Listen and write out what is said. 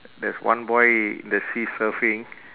there's one boy in the sea surfing